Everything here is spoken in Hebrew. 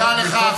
תודה לך,